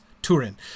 Turin